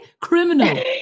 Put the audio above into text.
Criminal